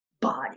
body